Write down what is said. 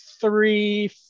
three